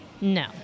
No